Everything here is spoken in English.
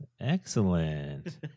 Excellent